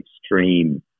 extreme